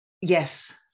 Yes